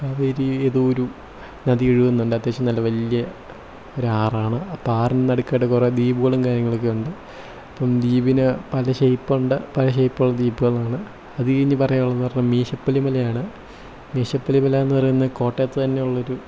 കാവേരി ഏതോ ഒരു നദി ഒഴുകുന്നുണ്ട് അത്യാവശ്യം നല്ല വലിയ ഒരു ആറാണ് അപ്പം ആറിൻ്റെ നടുക്കായിട്ട് കുറെ ദ്വീപുകളും കാര്യങ്ങളൊക്കെ ഉണ്ട് അപ്പം ദ്വീപിന് പല ഷെയ്പ്പ് ഉണ്ട് പല ഷെയ്പ്പുള്ള ദ്വീപുകളാണ് അതുകഴിഞ്ഞു പറയാനുള്ളതെന്ന് പറഞ്ഞാൽ മീശപ്പുലിമല ആണ് മീശപ്പുലിമല എന്നു പറയുന്ന കോട്ടയത്തു തന്നെയുള്ളൊരു